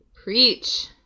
preach